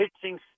pitching